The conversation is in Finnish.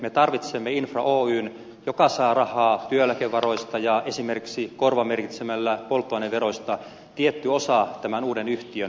me tarvitsemme infra oyn joka saa rahaa työeläkevaroista ja esimerkiksi korvamerkitsemällä polttoaineveroista tietyn osa tämän uuden yhtiön pääomittamiseen